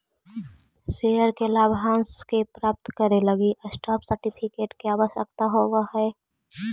share के लाभांश के प्राप्त करे लगी स्टॉप सर्टिफिकेट के आवश्यकता होवऽ हइ